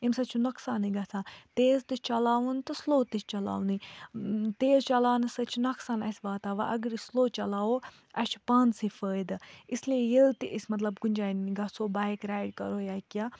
امہِ سۭتۍ چھُ نۄقصانٕے گژھان تیز تہِ چھُ چَلاوُن تہٕ سلو تہِ چَلاونٕے تیز چَلاونہٕ سۭتۍ چھِ نۄقصان اَسہِ واتان وَ اگر أسۍ سلو چَلاوو اَسہِ چھُ پانسٕے فٲیدٕ اِسلیے ییٚلہِ تہِ أسۍ مطلب کُنہِ جایہِ گَژھو بایِک رایِڈ کَرو یا کیٚنٛہہ